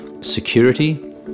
security